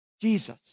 Jesus